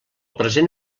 present